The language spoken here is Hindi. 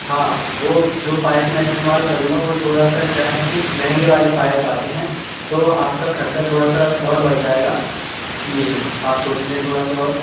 हाँ वो जो पाइप मैं इस्तेमाल करूँगा वो थोड़ा सा क्या है कि महँगे वाले पाइप आते हैं तो आपका खर्चा थोड़ा सा और बढ़ जाएगा इसलिए आप सोच लें थोड़ा सा और